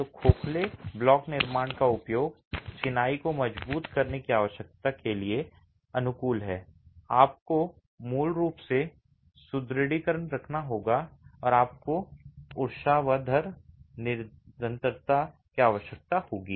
तो खोखले ब्लॉक निर्माण का उपयोग चिनाई को मजबूत करने की आवश्यकता के लिए अनुकूल है आपको मूल रूप से जेब में सुदृढीकरण रखना होगा और आपको ऊर्ध्वाधर निरंतरता की आवश्यकता होगी